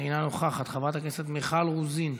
אינה נוכחת, חברת הכנסת מיכל רוזין,